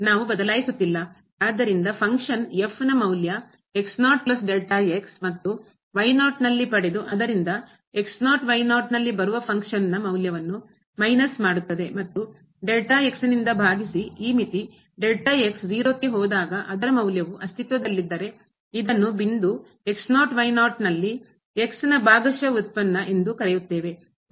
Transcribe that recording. ಆದ್ದರಿಂದ ಫಂಕ್ಷನ್ ಕಾರ್ಯ ನ ಮೌಲ್ಯ ಮತ್ತು ನಲ್ಲಿ ಪಡೆದು ಅದರಿಂದ ನಲ್ಲಿ ಬರುವ ಫಂಕ್ಷನ್ನ ಕಾರ್ಯದ ಮೌಲ್ಯವನ್ನು ಮೈನಸ್ ಮಾಡುತ್ತದೆ ಮತ್ತು ಭಾಗಿಸಿ ಈ ಮಿತಿ 0 ಕ್ಕೆ ಹೋದಾಗ ಅದರ ಮೌಲ್ಯವು ಅಸ್ತಿತ್ವದಲ್ಲಿದ್ದರೆ ಇದ ಬಿಂದು ಲ್ಲಿ ನ ಭಾಗಶಃ ಉತ್ಪನ್ನ ಎಂದು ಕರೆಯುತ್ತೇವೆ